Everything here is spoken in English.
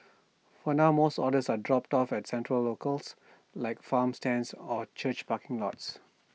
for now most orders are dropped off at central locales like farm stands or church parking lots